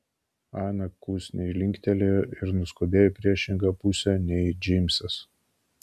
ana klusniai linktelėjo ir nuskubėjo į priešingą pusę nei džeimsas